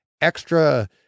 extra